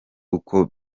uko